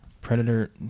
Predator